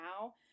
now